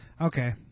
Okay